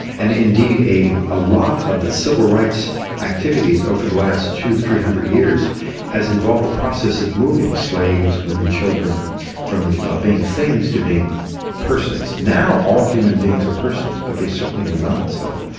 and indeed a ah lot of the civil rights activities over the last two hundred, three hundred years has involved the process of moving slaves, women, children from ah being things to being persons. now all human beings are persons, but they certainly were not so.